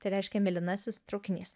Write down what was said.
tai reiškia mėlynasis traukinys